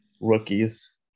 rookies